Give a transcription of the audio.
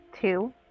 Two